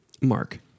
Mark